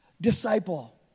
disciple